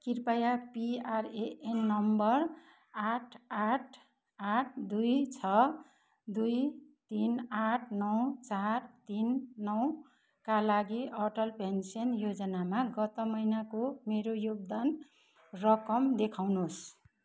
कृपया P R A N number आठ आठ आठ दुई छ दुई तिन आठ नौ चार तिन नौका लागि अटल पेन्सन योजनामा गत महिनाको मेरो योगदान रकम देखाउनुहोस्